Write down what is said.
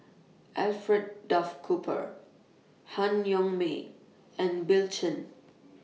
Alfred Duff Cooper Han Yong May and Bill Chen